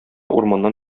урманнан